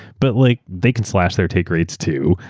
but like they can slash their take rates too.